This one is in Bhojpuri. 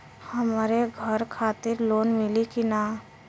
हमरे घर खातिर लोन मिली की ना?